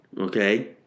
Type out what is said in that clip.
Okay